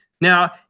Now